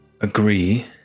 agree